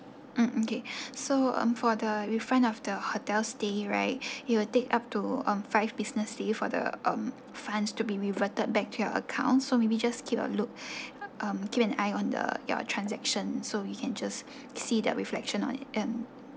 um okay so um for the refund of the hotel stay right it will take up to um five business day for the um funds to be reverted back to your account so maybe just keep a look um keep an eye on the your transaction so you can just see that reflection on it um